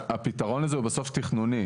הפתרון הזה הוא בסוף תכנוני.